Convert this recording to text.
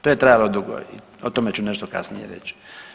To je trajalo dugo, o tome ću nešto kasnije reći.